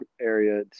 area